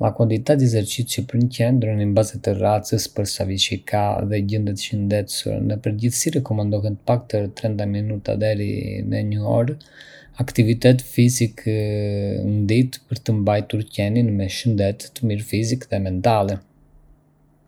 La quantità di esercizio për një qen ndron in base të racës, për sa vjeci ka, dhe gjendjet shëndetësore. Në përgjithësi, rekomandohet të paktën 30 minuta deri në një orë aktivitet fizik në ditë për të mbajtur qenin në shëndet të mirë fizik dhe mentale.